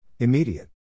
Immediate